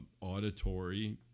auditory